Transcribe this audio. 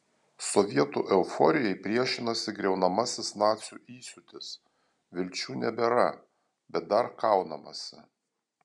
sovietų euforijai priešinasi griaunamasis nacių įsiūtis vilčių nebėra bet dar kaunamasi